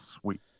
sweet